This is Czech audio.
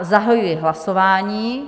Zahajuji hlasování.